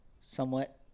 somewhat